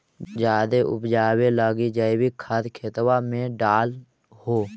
जायदे उपजाबे लगी जैवीक खाद खेतबा मे डाल हो?